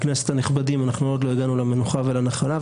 לא הגענו למנוחה ולנחלה,